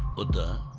and